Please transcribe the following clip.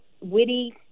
witty